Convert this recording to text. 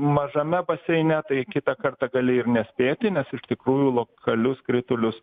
mažame baseine tai kitą kartą gali ir nespėti nes iš tikrųjų lokalius kritulius